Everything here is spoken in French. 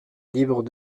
libre